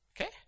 Okay